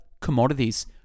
commodities